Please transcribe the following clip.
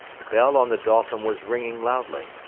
the bell on the dolphin was ringing loudly.